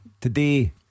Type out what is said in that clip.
today